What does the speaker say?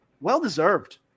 well-deserved